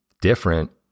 different